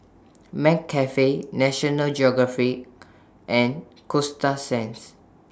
McCafe National Geographic and Coasta Sands